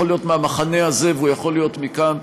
יכול להיות מהמחנה הזה ויכול להיות מכאן,